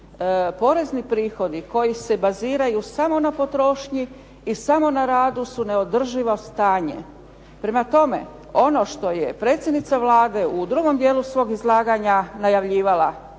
porezni prihodi koji se baziraju samo na potrošnji i samo na radu su neodrživo stanje. Prema tome, ono što je predsjednica Vlade u drugom dijelu svog izlaganja najavila,